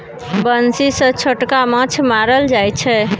बंसी सँ छोटका माछ मारल जाइ छै